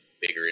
bigger